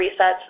resets